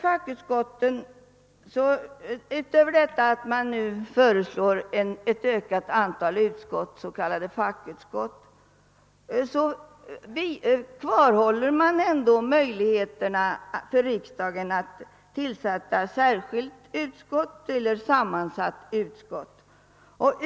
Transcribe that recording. Fastän ett ökat antal utskott — s.k. fackutskott — föreslås, kvarstår ändå möjligheten för riksdagen att tillsätta särskilt utskott eller sammansatt utskott.